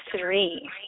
three